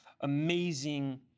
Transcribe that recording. amazing